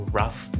rough